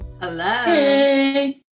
Hello